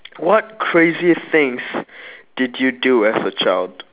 what crazy things did you do as a child